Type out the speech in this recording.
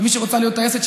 ומי שרוצה להיות טייסת,